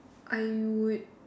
I would